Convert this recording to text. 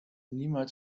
niemals